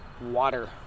water